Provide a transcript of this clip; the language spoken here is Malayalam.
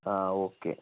ആ ഓക്കേ